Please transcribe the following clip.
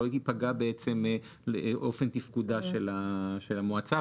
לא ייפגע אופן תפקודה של המועצה,